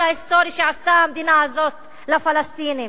ההיסטורי שעשתה המדינה הזאת לפלסטינים,